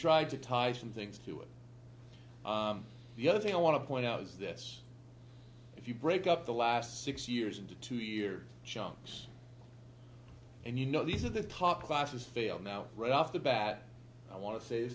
tried to tie some things to it the other thing i want to point out is this if you break up the last six years into two year chunks and you know these are the top classes fail now right off the bat i wan